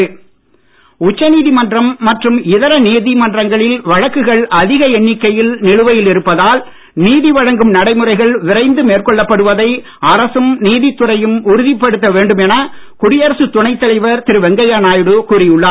வெங்கைய நாயுடு உச்சநீதிமன்றம் மற்றும் இதர நீதிமன்றங்களில் வழக்குகள் அதிக எண்ணிக்கையில் நிலுவையில் இருப்பதால் நீதி வழங்கும் நடைமுறைகள் விரைந்து மேற்கொள்ளப்படுவதை அரசும் நீதித் துறையும் உறுதிப்படுத்த வேண்டும் என குடியரசு துணைத் தலைவர் திரு வெங்கைய நாயுடு கூறி உள்ளார்